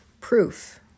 proof